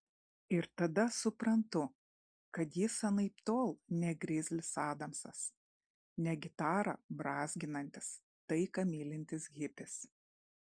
ir tada suprantu kad jis anaiptol ne grizlis adamsas ne gitarą brązginantis taiką mylintis hipis